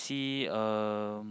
see um